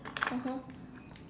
mmhmm